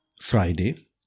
Friday